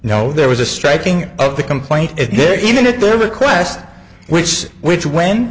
no there was a striking of the complaint if there even at their request which is which when